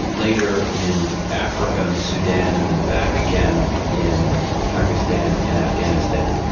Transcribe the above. later in africa and the sudan and then back again in pakistan and afghanistan.